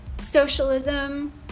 socialism